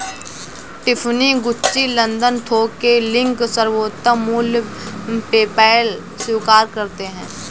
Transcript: Tiffany, Gucci, London थोक के link, सर्वोत्तम मूल्य, पेपैल स्वीकार करते है